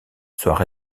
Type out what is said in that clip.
soient